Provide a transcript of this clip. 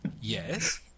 Yes